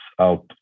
out